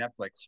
Netflix